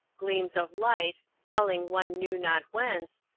gleams of light, falling one knew not whence,